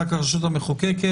רק הרשות המחוקקת.